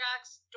Jacks